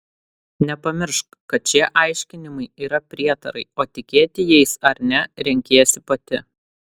nepamiršk kad šie aiškinimai yra prietarai o tikėti jais ar ne renkiesi pati